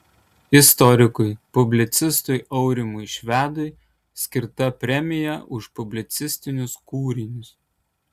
istorikui publicistui aurimui švedui skirta premija už publicistinius kūrinius